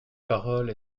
parole